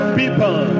people